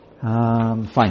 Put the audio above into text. fine